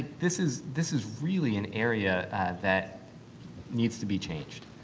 this is this is really an area that needs to be changed.